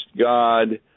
God